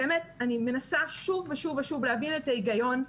באמת, אני מנסה שוב ושוב ושוב להבין את ההיגיון,